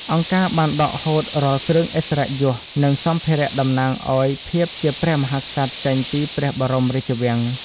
អង្គការបានដកហូតរាល់គ្រឿងឥស្សរិយយស និងសម្ភារៈតំណាងឱ្យភាពជាព្រះមហាក្សត្រចេញពីព្រះបរមរាជវាំង។